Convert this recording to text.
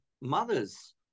mothers